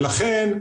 לכן,